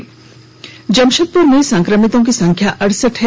वहीं जमशेदपुर में संक्रमितों की संख्या अड़सठ है